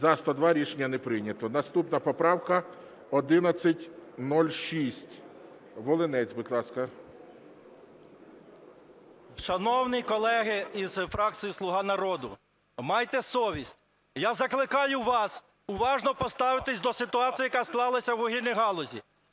За-102 Рішення не прийнято. Наступна поправка 1106. Волинець, будь ласка. 13:04:12 ВОЛИНЕЦЬ М.Я. Шановні колеги із фракції "Слуга народу", майте совість. Я закликаю вас уважно поставитись до ситуації, яка склалась у вугільній галузі.